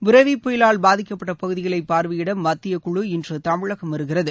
புரெவி புயலால் பாதிக்கப்பட்ட பகுதிகளை பார்வையிட மத்திய குழு இன்று தமிழகம் வருகிறது